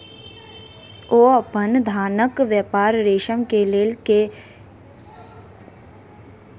ओ अपन धानक व्यापार रेशम के लेल कय लेलैन